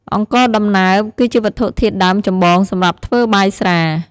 អង្ករដំណើប គឺជាវត្ថុធាតុដើមចម្បងសម្រាប់ធ្វើបាយស្រា។